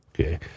Okay